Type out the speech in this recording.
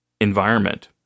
environment